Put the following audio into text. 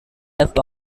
left